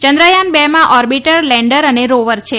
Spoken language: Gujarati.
ચંદ્રયાન રમાં ઓર્બિટર લેન્ડર અને રોવર છે